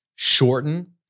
shorten